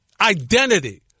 identity